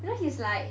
you know he's like